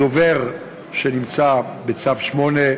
הדובר שנמצא בצו 8,